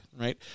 Right